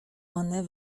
one